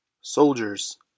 Soldiers